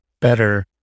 better